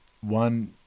one